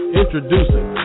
introducing